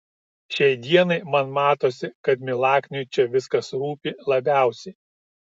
šiai dienai man matosi kad milakniui čia viskas rūpi labiausiai